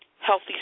Healthy